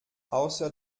außer